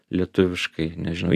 lietuviškai nežinau